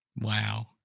Wow